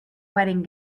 wedding